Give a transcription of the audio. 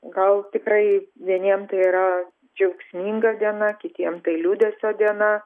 gal tikrai vieniem tai yra džiaugsminga diena kitiem tai liūdesio diena